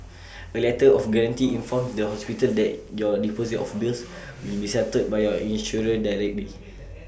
A letter of guarantee informs the hospital that your deposit or bills will be settled by your insurer directly